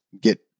get